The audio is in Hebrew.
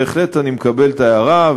בהחלט אני מקבל את ההערה,